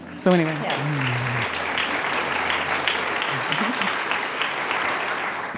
so, anyway um,